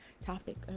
topic